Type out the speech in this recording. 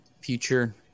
Future